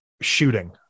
shooting